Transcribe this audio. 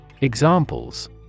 Examples